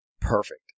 perfect